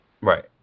Right